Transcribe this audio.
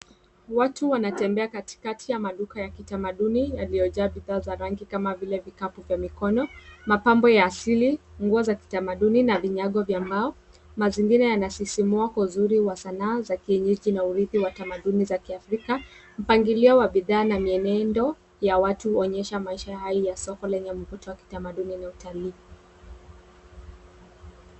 Watu wanatembea katikati ya maduka ya kitamaduni yaliyojaa bidhaa za rangi kama vile vikapu vya mikono, mapambo ya asili, nguo za kitamaduni na vinyago vya mbao. Mazingira yanasisimua uzuri wa sanaa za kienyeji na urithi wa tamaduni za kiafrika. Mpangilio wa bidhaa na mienendo ya watu huonyesha maisha haya ya soko lenye mvuto wa kitamaduni na utalii.